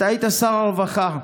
אתה היית שר הרווחה.